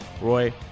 Roy